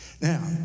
Now